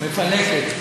מפנקת.